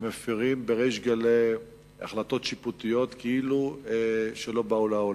ומפירים בריש גלי החלטות שיפוטיות כאילו שלא באו לעולם.